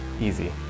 easy